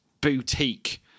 boutique